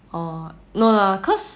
orh like cause